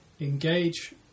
engage